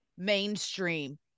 mainstream